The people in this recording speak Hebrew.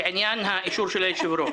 בעניין האישור של היושב-ראש,